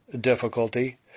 difficulty